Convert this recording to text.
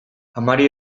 amari